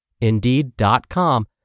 Indeed.com